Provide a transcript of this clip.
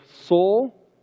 soul